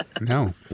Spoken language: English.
no